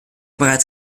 bereits